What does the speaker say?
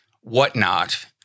whatnot